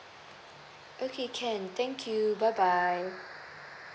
okay can thank you bye bye